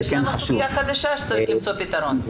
יש לנו סוגיה חדשה שצריך למצוא לה פתרון.